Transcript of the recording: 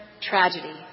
tragedy